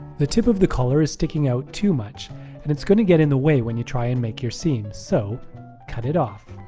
the tip of the collar is sticking out too much and it's gonna get in the way when you try and make your seams so cut it off.